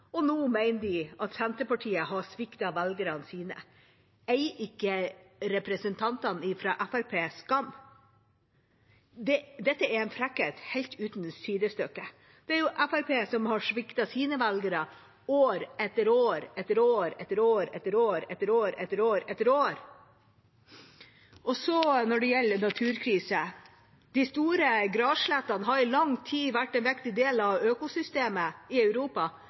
og nå mener de at Senterpartiet har sviktet velgerne sine. Eier ikke representantene fra Fremskrittspartiet skam? Dette er en frekkhet helt uten sidestykke. Det er jo Fremskrittspartiet som har sviktet sine velgere – år etter år etter år etter år etter år etter år etter år etter år! Og så, når det gjelder naturkrise: De store grasslettene har i lang tid vært en viktig del av økosystemet i Europa,